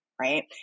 right